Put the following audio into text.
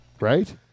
right